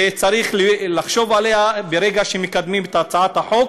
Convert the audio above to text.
וצריך לחשוב עליה ברגע שמקדמים את הצעת החוק,